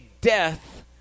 death